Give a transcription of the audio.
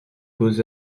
beaux